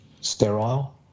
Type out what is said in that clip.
sterile